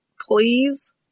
Please